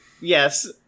Yes